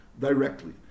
directly